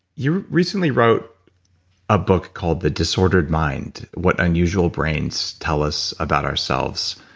you recently wrote a book called the disordered mind what unusual brains tell us about ourselves,